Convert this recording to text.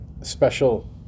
special